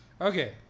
Okay